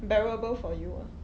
bearable for you ah